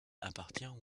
appartient